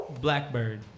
Blackbird